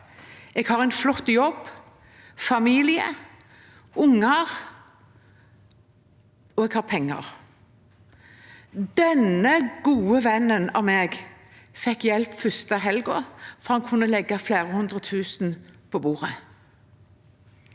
jeg har en flott jobb, familie, unger og penger. Denne gode vennen av meg fikk hjelp den første helgen, for han kunne legge flere hundre tusen kroner på bordet.